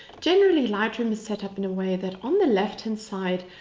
generally lightroom is set up in a way that on the left hand side,